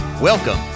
Welcome